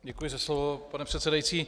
Děkuji za slovo, pane předsedající.